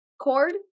cord